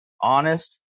honest